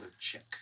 check